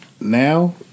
now